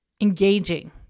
engaging